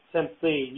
simply